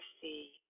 see